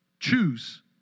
Choose